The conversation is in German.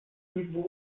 niveau